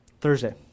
Thursday